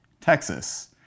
Texas